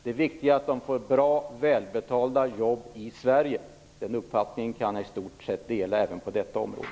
Det viktiga är att få bra, välbetalda jobb i Sverige. Den uppfattningen delar jag i stort sett även på detta område.